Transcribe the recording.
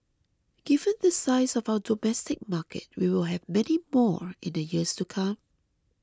given the size of our domestic market we will have many more in the years to come